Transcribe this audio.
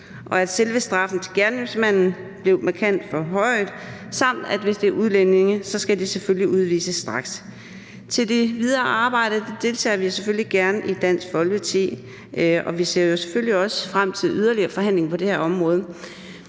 og at selve straffen til gerningsmanden blev markant forhøjet, samt at de, hvis de er udlændinge, selvfølgelig straks skal udvises. Vi deltager selvfølgelig gerne i Dansk Folkeparti i det videre arbejde, og vi ser også frem til yderligere forhandlinger på det her område.